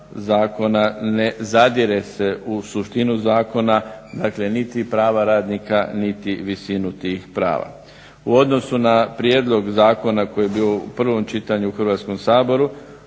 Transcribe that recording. ne zadire se u suštinu zakona, dakle niti prava radnika niti visinu tih prava. U odnosu na prijedlog zakona koji je bio u prvom čitanju u Hrvatskom saboru